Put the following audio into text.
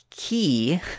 key